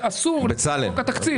זה אסור לפי חוק התקציב.